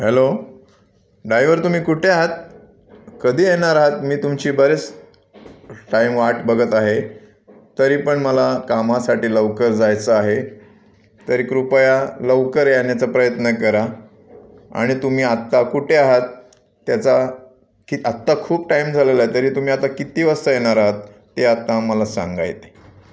hello driver तुम्ही कुठे हात कधी येणार आहात मी तुमची बरेच टाइम वाट बघत आहे तरी पण मला कामासाठी लवकर जायचं आहे तरी कृपया लवकर येण्याचा प्रयत्न करा आणि तुम्ही आत्ता कुठे आहात त्याचा की आत्ता खूप टाइम झालेला आहे तरी तुम्ही आता किती वाजता येणार आहात ते आत्ता आम्हाला सांगा इथे